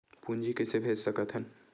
पूंजी कइसे भेज सकत हन?